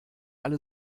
alle